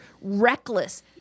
reckless